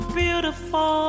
beautiful